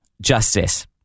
justice